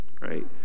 right